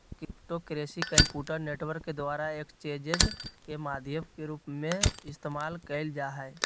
cryptocurrency computer network के द्वारा exchanges के माध्यम के रूप में इस्तेमाल कइल जा हइ